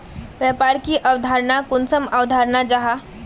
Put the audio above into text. व्यापार की अवधारण कुंसम अवधारण जाहा?